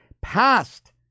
passed